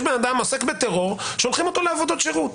יש בן אדם שעוסק בטרור ששולחים אותו לעבודות שירות,